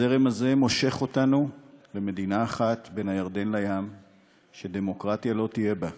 הזרם הזה מושך אותנו למדינה אחת בין הירדן לים שדמוקרטיה לא תהיה בה,